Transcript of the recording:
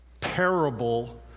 parable